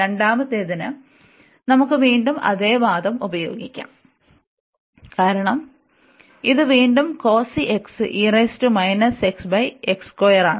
രണ്ടാമത്തേതിന് നമുക്ക് വീണ്ടും അതേ വാദം ഉപയോഗിക്കാം കാരണം ഇത് വീണ്ടും ആണ്